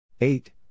eight